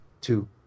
two